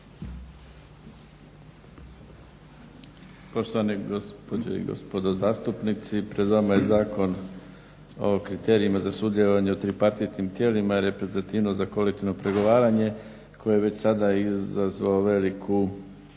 Poštovani gospođe i gospodo zastupnici. Pred vama je Zakon o kriterijima za sudjelovanje u tripartitnim tijelima i reprezentativnosti za kolektivno prigovaranje koji je već sada izazvao veliku